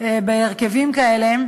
שקיימות בהרכבים כאלה,